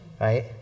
right